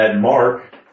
Mark